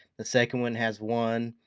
the second one has one,